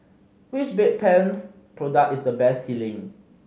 which Bedpans product is the best selling